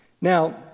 Now